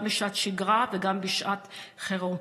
גם בשעת שגרה וגם בשעת חירום.